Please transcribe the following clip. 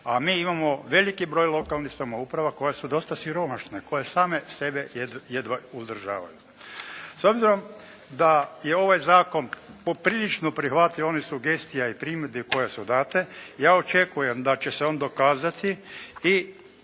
A mi imamo veliki broj lokalnih samouprava koje su dosta siromašne, koje same sebe jedva uzdržavaju. S obzirom da je ovaj zakon poprilično prihvatljiv, one sugestije i primjedbe koje su date, ja očekujem da će se on dokazati i